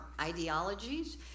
ideologies